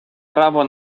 право